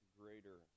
greater